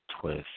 Twist